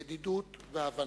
ידידות והבנה.